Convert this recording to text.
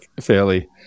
fairly